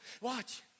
Watch